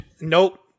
Nope